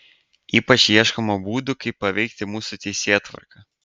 ypač ieškoma būdų kaip paveikti mūsų teisėtvarką